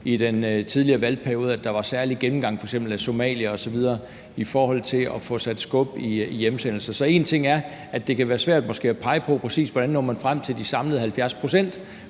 i den tidligere valgperiode f.eks. var en særlig gennemgang af somaliere osv. i forhold til at få sat skub i hjemsendelser. Så en ting er, at det måske kan være svært at pege præcist på, hvordan man når frem til de samlede 70 pct.,